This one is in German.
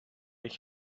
ich